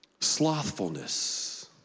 Slothfulness